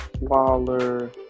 Waller